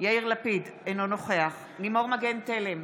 יאיר לפיד, אינו נוכח לימור מגן תלם,